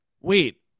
Wait